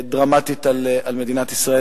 דרמטית על מדינת ישראל.